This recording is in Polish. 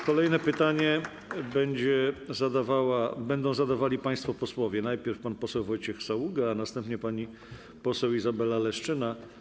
Kolejne pytanie będą zadawali państwo posłowie: najpierw pan poseł Wojciech Saługa, a następnie pani poseł Izabela Leszczyna.